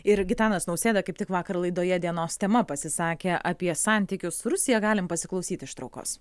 ir gitanas nausėda kaip tik vakar laidoje dienos tema pasisakė apie santykius su rusija galim pasiklausyt ištraukos